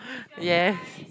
ya